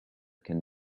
can